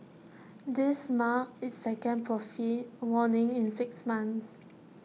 this marked its second profit warning in six months